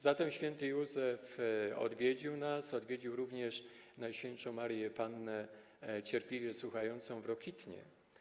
Zatem św. Józef odwiedził nas, odwiedził również Najświętszą Maryję Pannę Cierpliwie Słuchającą w Rokitnie.